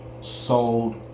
sold